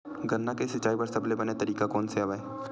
गन्ना के सिंचाई बर सबले बने तरीका कोन से हवय?